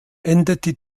endete